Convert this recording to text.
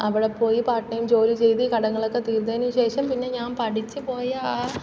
അവിടെപ്പോയി part time ജോലി ചെയ്ത് കടങ്ങളൊക്കെ തീർത്തതിന് ശേഷം പിന്നെ ഞാ പഠിച്ച് പോയ ആ